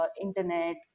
internet